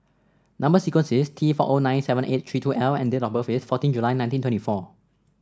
number sequence is T four O nine seven eight three two L and date of birth is fourteen July nineteen twenty four